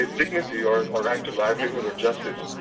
ah dignity or or right to livelihood or justice,